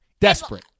Desperate